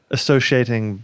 Associating